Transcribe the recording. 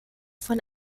von